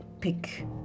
pick